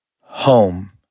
Home